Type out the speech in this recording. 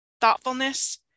thoughtfulness